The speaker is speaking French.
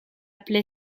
plaie